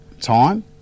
time